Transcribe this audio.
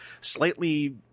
slightly